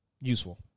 useful